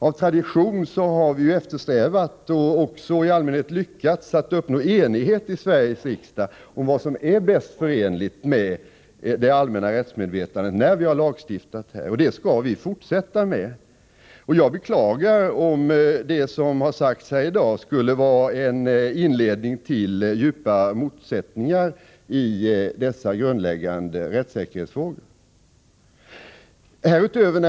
Av tradition har vi när vi har lagstiftat eftersträvat och i allmänhet också lyckats att uppnå enighet i Sveriges riksdag om vad som är bäst förenligt med det allmänna rättsmedvetandet, och det skall vi fortsätta med. Jag beklagar om det som har sagts här i dag skulle vara en inledning till djupare motsättningar i dessa grundläggande rättssäkerhetsfrågor.